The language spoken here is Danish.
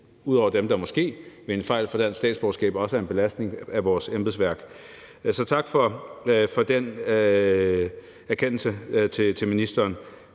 ud over dem, der måske ved en fejl får et dansk statsborgerskab – også er en belastning af vores embedsværk. Så tak for den erkendelse til ministeren.